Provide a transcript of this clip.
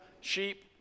sheep